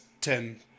ten